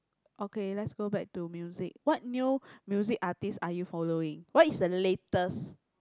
okay let's go back to music what new music artist are you following what is the latest